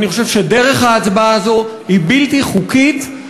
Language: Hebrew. אני חושב שדרך ההצבעה הזו היא בלתי חוקית,